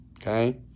Okay